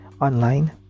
online